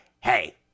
hey